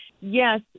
Yes